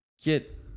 get